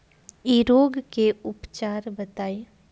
इ रोग के उपचार बताई?